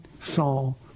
Saul